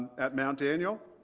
at mount daniel